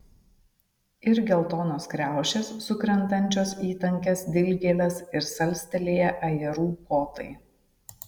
ir geltonos kriaušės sukrentančios į tankias dilgėles ir salstelėję ajerų kotai